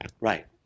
right